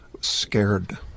scared